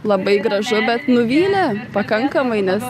labai gražu bet nuvylė pakankamai nes